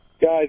Guys